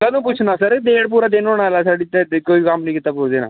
कदूं पुच्छना सर जेकर पूरा दिन होने आह्ला कोई कम्म निं कीता कुसै ने